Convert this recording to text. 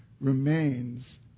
remains